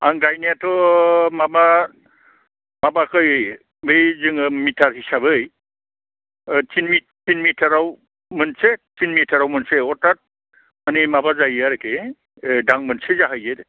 आं गायनायाथ' माबा माबाखै बै जोङो मिटार हिसाबै तिन तिनमिटाराव मोनसे तिनमिटाराव मोनसे हथाद माने माबा जाहैयो आरखि ओ दाल मोनसे जाहैयो